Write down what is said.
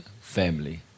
family